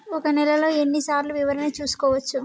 ఒక నెలలో ఎన్ని సార్లు వివరణ చూసుకోవచ్చు?